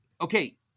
okay